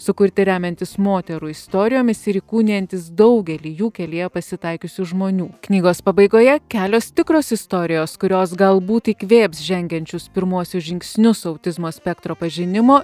sukurti remiantis moterų istorijomis ir įkūnijantys daugelį jų kelyje pasitaikiusių žmonių knygos pabaigoje kelios tikros istorijos kurios galbūt įkvėps žengiančius pirmuosius žingsnius autizmo spektro pažinimo